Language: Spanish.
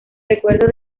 recuerdo